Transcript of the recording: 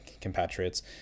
compatriots